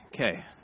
Okay